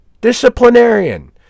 disciplinarian